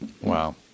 Wow